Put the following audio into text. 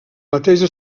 mateix